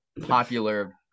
popular